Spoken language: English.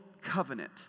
Covenant